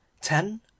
ten